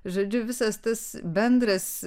žodžiu visas tas bendras